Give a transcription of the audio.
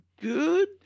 good